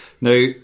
Now